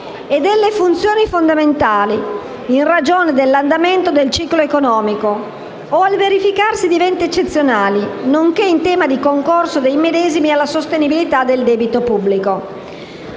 e delle funzioni fondamentali in ragione dell'andamento del ciclo economico o al verificarsi di eventi eccezionali, nonché in tema di concorso dei medesimi alla sostenibilità del debito pubblico.